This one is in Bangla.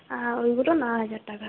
আর ওইগুলো নয় হাজার টাকা